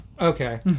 Okay